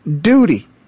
duty